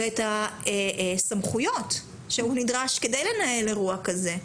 ואת הסמכויות שהוא נדרש להם כדי לנהל אירוע כזה.